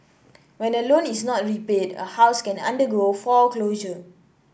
when a loan is not repaid a house can undergo foreclosure